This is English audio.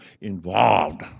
involved